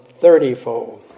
thirtyfold